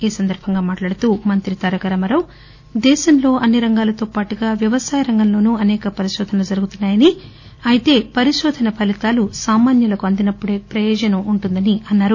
ఈ సందర్బంగా మాట్లాడుతూ మంత్రి తారక రామారావు దేశంలో అన్ని రంగాలతో పాటుగా వ్యవసాయరంగంలోను అసేక పరిశోధనలు జరుగుతున్నా యని అయితే పరికోధన ఫలితాలు సామాన్యులకు అందినప్పుడే ప్రయోజనం ఉంటుందని అన్నారు